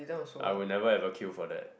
I would never ever queue for that